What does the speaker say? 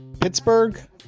Pittsburgh